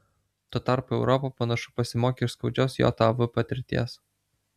tuo tarpu europa panašu pasimokė iš skaudžios jav patirties